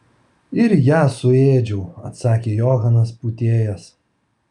ir ją suėdžiau atsakė johanas pūtėjas